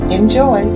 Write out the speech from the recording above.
Enjoy